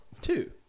Two